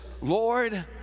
Lord